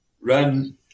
run